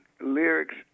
lyrics